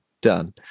Done